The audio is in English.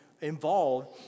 involved